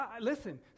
Listen